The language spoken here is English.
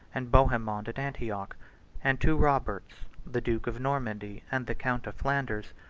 and bohemond at antioch and two roberts, the duke of normandy and the count of flanders,